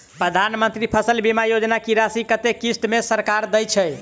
प्रधानमंत्री फसल बीमा योजना की राशि कत्ते किस्त मे सरकार देय छै?